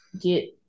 get